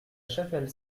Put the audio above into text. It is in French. chapelle